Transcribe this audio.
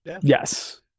Yes